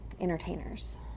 entertainers